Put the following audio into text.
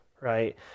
right